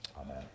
Amen